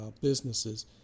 businesses